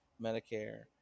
Medicare